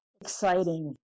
exciting